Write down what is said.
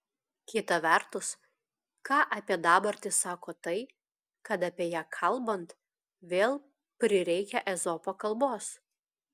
kita vertus ką apie dabartį sako tai kad apie ją kalbant vėl prireikia ezopo kalbos